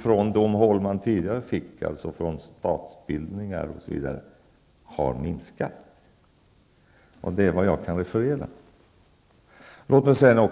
från dem som tidigare tillhandahöll vapen, dvs. bl.a. statsbildningar, har minskat. Detta är vad jag kan referera. Herr talman!